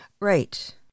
Right